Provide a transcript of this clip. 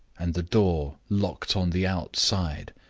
and the door locked on the outside.